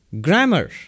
Grammar